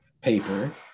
paper